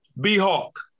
B-Hawk